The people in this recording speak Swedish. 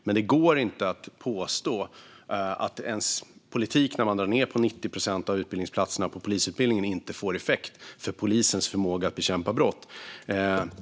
Men det går inte att påstå att en politik där man drar ned på 90 procent av utbildningsplatserna på polisutbildningen inte får effekt för polisens förmåga att bekämpa brott.